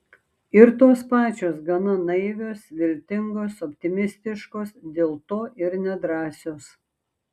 ir tos pačios gana naivios viltingos optimistiškos dėl to ir nedrąsios